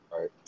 right